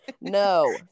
No